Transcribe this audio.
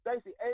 Stacey